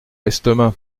l’estomac